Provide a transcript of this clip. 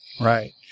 Right